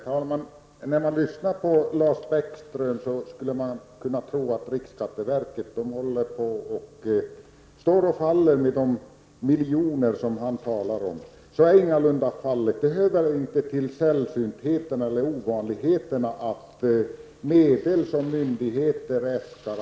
Herr talman! När man lyssnar på Lars Bäckström kan man få intrycket att riksskatteverket står och faller med de miljoner han talar om. Så är ingalunda fallet. Det är inte ovanligt att det blir prutningar på de medel som myndigheter äskar.